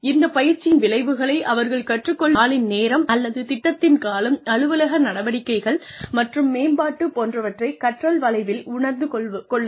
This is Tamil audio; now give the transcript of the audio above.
இந்த பயிற்சியின் விளைவுகளை அவர்கள் கற்றுக் கொள்ளும் நாளின் நேரம் அல்லது திட்டத்தின் காலம் அலுவலக நடவடிக்கைகள் மற்றும் மேம்பாடு போன்றவற்றை கற்றல் வளைவில் உணர்ந்து கொள்ளுங்கள்